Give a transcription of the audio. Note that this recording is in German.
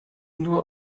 nur